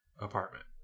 apartment